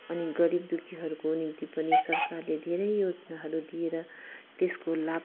अनि गरिब दुःखीहरूको निम्ति पनि सरकारले धेरै योजनाहरू दिएर त्यसको लाभ